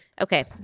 Okay